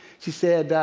she said,